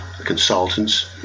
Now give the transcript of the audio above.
consultants